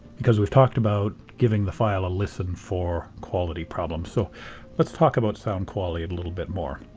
because we've talked about giving the file a listen for quality problems, so let's talk about sound quality a little bit more.